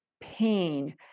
pain